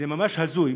זה ממש הזוי.